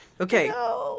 okay